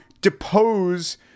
depose